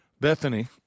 Bethany